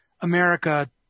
America